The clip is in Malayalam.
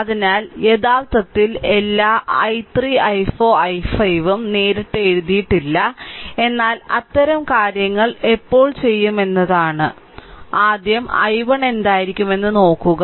അതിനാൽ പിന്നീട് യഥാർത്ഥത്തിൽ എല്ലാ i3 i4 i5 ഉം നേരിട്ട് എഴുതിയിട്ടില്ല എന്നാൽ അത്തരം കാര്യങ്ങൾ എപ്പോൾ ചെയ്യും എന്നതാണ് ആദ്യം i1 എന്തായിരിക്കുമെന്ന് നോക്കുക